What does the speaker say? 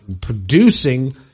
producing